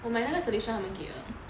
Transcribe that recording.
我买那个 solution 他们给的